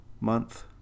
month